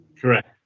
Correct